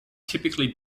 typically